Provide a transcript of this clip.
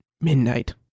midnight